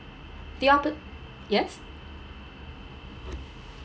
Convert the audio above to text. the oppo~ yes